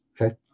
okay